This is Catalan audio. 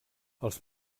els